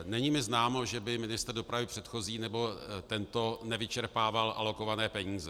Není mi známo, že by ministr dopravy předchozí nebo tento nevyčerpával alokované peníze.